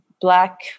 black